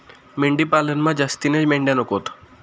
मेंढी पालनमा जास्तीन्या मेंढ्या नकोत